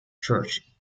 church